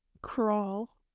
Crawl